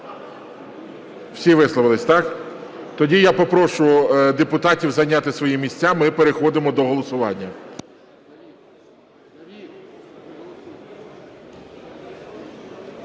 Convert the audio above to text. Всі висловились, так? Тоді я попрошу депутатів зайняти свої місця, ми переходимо до голосування.